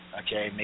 okay